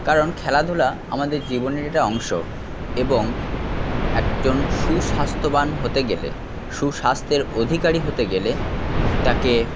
কারণ খেলাধুলা আমাদের জীবনের একটা অংশ এবং একজন সুস্বাস্থ্যবান হতে গেলে সুস্বাস্থ্যের অধিকারি হতে গেলে তাকে